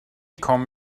comb